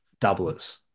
doublers